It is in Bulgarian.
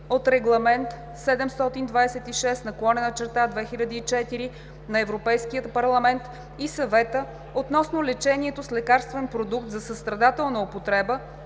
от Регламент (ЕО) № 726/2004 на Европейския парламент и Съвета относно лечението с лекарствен продукт за състрадателна употреба